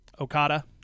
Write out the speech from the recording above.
Okada